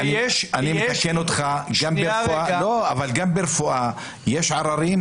אני מתקן אותך: גם ברפואה יש עררים,